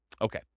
Okay